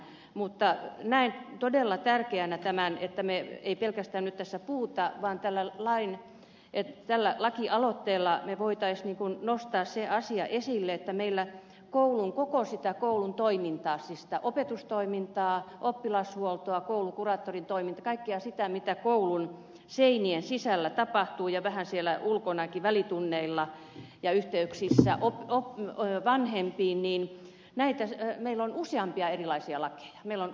mutta näen todella tärkeänä tämän että me emme pelkästään nyt tässä puhu vaan tällä lakialoitteella me voisimme nostaa sen asian esille että meillä sitä koulun koko toimintaa siis opetustoimintaa oppilashuoltoa koulukuraattorin toimintaa kaikkea sitä mitä koulun seinien sisällä tapahtuu ja vähän siellä ulkonakin välitunneilla ja yhteyksissä vanhempiin ajatellen meillä on useampia erilaisia lakeja